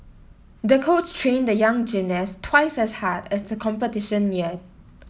the coach trained the young gymnast twice as hard as the competition neared